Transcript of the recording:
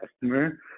customer